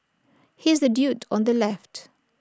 he's the dude on the left